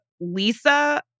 Lisa